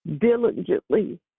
diligently